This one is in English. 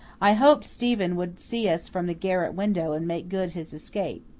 i hoped stephen would see us from the garret window and make good his escape.